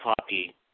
copy